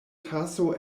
taso